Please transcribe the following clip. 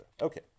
Okay